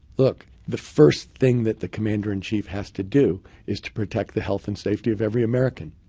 look, the first thing that the commander in chief has to do is to protect the health and safety of every american.